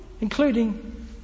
including